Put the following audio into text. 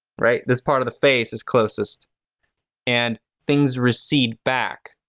right? this part of the face is closest and things recede back.